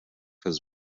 his